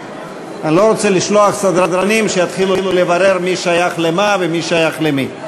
אני לא רוצה לשלוח סדרנים שיתחילו לברר מי שייך למה ומי שייך למי.